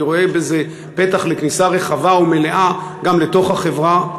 רואה בזה פתח לכניסה רחבה ומלאה גם לתוך החברה,